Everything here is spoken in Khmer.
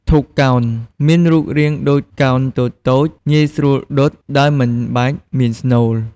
ធូបកោណ មានរូបរាងដូចកោណតូចៗ ងាយស្រួលដុតដោយមិនបាច់មានស្នូល។